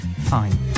fine